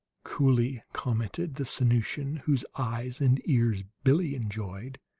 coolly commented the sanusian whose eyes and ears billie enjoyed